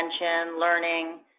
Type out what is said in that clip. learning